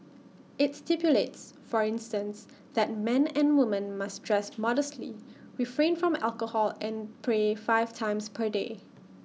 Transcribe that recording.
IT stipulates for instance that men and women must dress modestly refrain from alcohol and pray five times per day